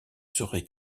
serait